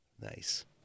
Nice